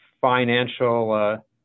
financial